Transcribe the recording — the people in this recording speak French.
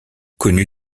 connu